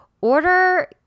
Order